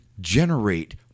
generate